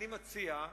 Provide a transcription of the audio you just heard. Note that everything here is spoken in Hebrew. אני מציע,